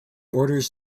orders